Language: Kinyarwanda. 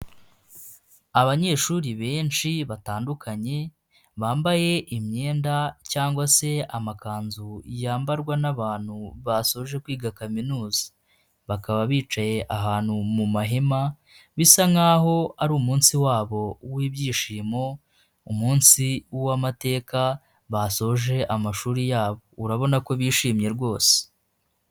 Abanyeshuri benshi batandukanye bambaye imyenda cyangwa se amakanzu yambarwa n'abantu basoje kwiga kaminuza, bakaba bicaye ahantu mu mahema bisa nkaho ari umunsi wabo w'ibyishimo, umunsi w'amateka basoje amashuri yabo, urabona ko bishimye rwose.